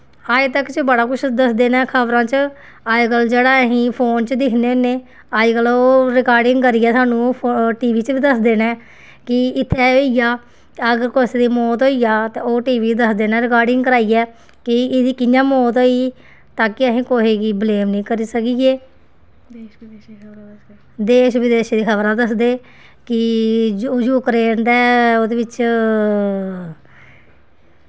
आज तक च बड़ा कुछ दसदे न खबरां च अज्जकल जेह्ड़ा असीं फोन च दिक्खने होन्ने अज्जकल ओह् रकार्डिंग करियै सानूं फो टी वी च बी दसदे न कि इत्थें एह् होई गेआ ते अगर कुसै दी मौत होई जा ते ओह् टी वी च दसदे न रकार्डिंग कराइयै कि ओह् एह्दी कि'यां मौत होई ता कि असें कुसै गी बलेम नी करी सकिए देश बदेश दियां खबरां दसदे कि यूक्रेन दा ओह्दे बिच्च